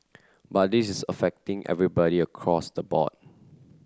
but this is affecting everybody across the board